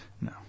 No